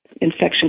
Infection